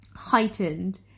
heightened